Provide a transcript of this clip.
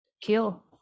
kill